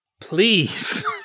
please